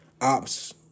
ops